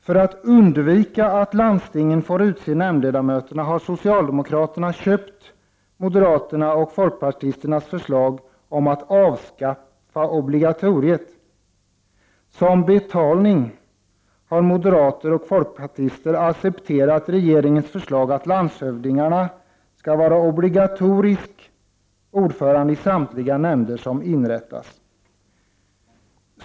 För att undvika att landstingen får utse nämndledamöterna har socialdemokraterna köpt förslaget från moderaterna och folkpartisterna att avskaffa obligatoriet. Som betalning har moderaterna och folkpartisterna accepterat regeringens förslag att landshövdingarna skall vara obligatoriska ordförande i samtliga nämnder som inrättas.